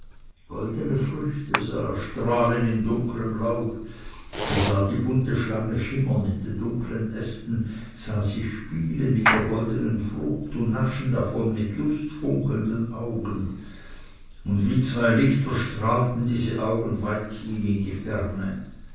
goldene früchte sah er strahlen in dunklem laube er sah die bunte schlange schimmern in den dunklen ästen sah sie spielen mit der goldenen frucht und naschen davon mit lustfunkelnden augen und wie zwei lichter strahlten diese augen weithin in die ferne